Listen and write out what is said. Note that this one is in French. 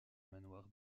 manoir